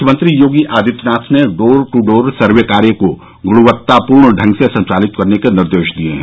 मुख्यमंत्री योगी आदित्यनाथ ने door to door survey कार्य को गुणवत्तापूर्ण ढंग से संचालित करने के निर्देश दिये हैं